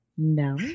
No